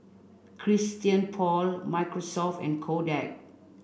Christian Paul Microsoft and Kodak